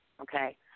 okay